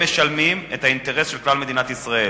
משלמים את האינטרס של כלל מדינת ישראל.